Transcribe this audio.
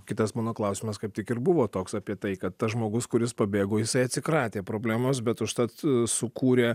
kitas mano klausimas kaip tik ir buvo toks apie tai kad tas žmogus kuris pabėgo jisai atsikratė problemos bet užtat sukūrė